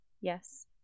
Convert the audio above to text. Yes